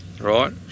right